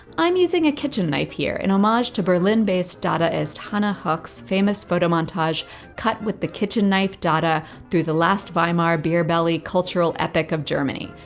i'm using a kitchen knife here, in homage to berlin based dadaist, hannah hoch's, famous photo montage cut with the kitchen knife dada through the last weimar beer belly cultural epoch of germany.